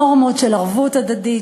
נורמות של ערבות הדדית,